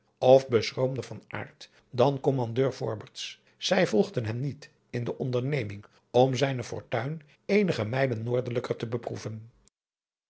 of beschroomder van aard dan kommandeur fobberts zij volgden hem niet in de onderneming om zijne fortuin eenige mijlen noordelijker te beproeven